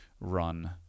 run